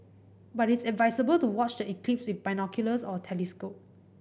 but it's advisable to watch the eclipse with binoculars or a telescope